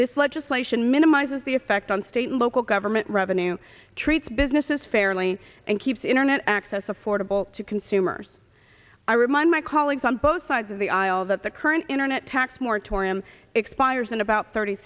this legislation minimizes the effect on state local government revenue treats businesses fairly and keeps internet access affordable to consumers i remind my colleagues on both sides of the aisle that the current internet tax moratorium expires in about thirty